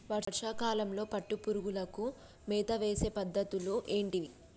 వర్షా కాలంలో పట్టు పురుగులకు మేత వేసే పద్ధతులు ఏంటివి?